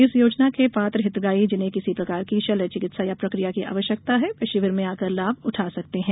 इस योजना के पात्र हितग्राही जिन्हें किसी प्रकार की शल्यचिकित्सा या प्रकिया की आवश्यकता है वे शिविर में आकर लाभ उठा सकते हैं